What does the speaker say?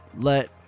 let